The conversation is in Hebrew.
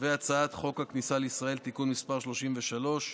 הצעת חוק הכניסה לישראל (תיקון מס' 34),